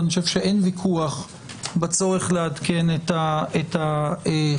אני חושב שאין ויכוח בצורך לעדכן את החקיקה.